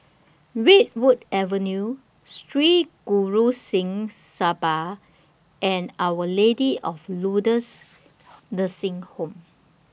Redwood Avenue Sri Guru Singh Sabha and Our Lady of Lourdes Nursing Home